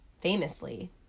famously